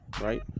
right